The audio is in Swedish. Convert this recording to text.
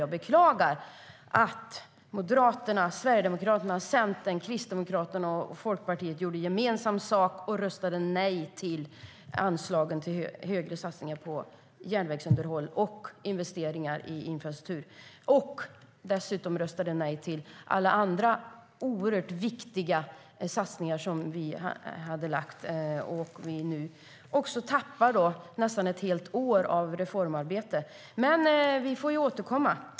Jag beklagar att Moderaterna, Sverigedemokraterna, Centern, Kristdemokraterna och Folkpartiet gjorde gemensam sak och röstade nej till anslagen till högre satsningar på järnvägsunderhåll och investeringar i infrastruktur - och dessutom röstade nej till alla andra oerhört viktiga satsningar som vi hade lagt fram förslag om. Vi tappar nu nästan ett helt år av reformarbete. Men vi får återkomma.